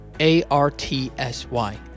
A-R-T-S-Y